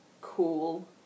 cool